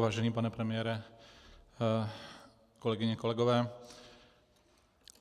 Vážený pane premiére, kolegyně, kolegové,